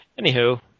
Anywho